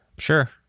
sure